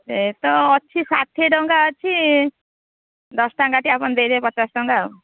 ଏ ତ ଅଛି ଷାଠିଏ ଟଙ୍କା ଅଛି ଦଶ ଟଙ୍କା କାଟି ଆପଣ ଦେଇଦେବେ ପଚାଶ ଟଙ୍କା ଆଉ